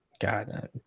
God